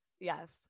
Yes